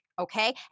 okay